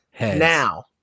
Now